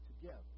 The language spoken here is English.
together